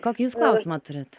kokį jūs klausimą turit